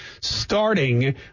starting